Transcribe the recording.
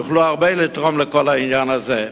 הם יוכלו לתרום הרבה לכל העניין הזה.